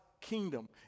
kingdom